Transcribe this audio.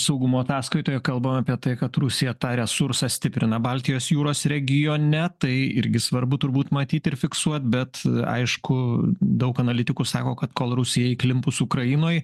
saugumo ataskaitoje kalbama apie tai kad rusija tą resursą stiprina baltijos jūros regione tai irgi svarbu turbūt matyti ir fiksuot bet aišku daug analitikų sako kad kol rusija įklimpus ukrainoj